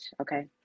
Okay